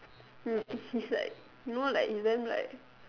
mm he is like you know like he is damn like